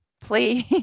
please